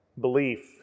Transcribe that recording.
Belief